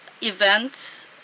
events